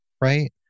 right